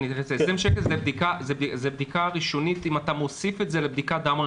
20 שקל זה בדיקה ראשונית אם אתה מוסיף את זה לבדיקת דם רגילה.